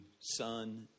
son